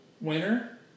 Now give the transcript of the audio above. winner